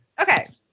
okay